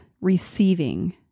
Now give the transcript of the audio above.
receiving